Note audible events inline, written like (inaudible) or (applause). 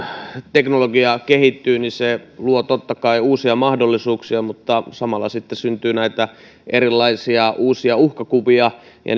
teknologia kehittyy se luo totta kai uusia mahdollisuuksia mutta samalla sitten syntyy näitä erilaisia uusia uhkakuvia ja (unintelligible)